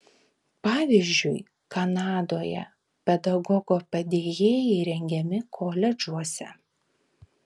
pavyzdžiui kanadoje pedagogo padėjėjai rengiami koledžuose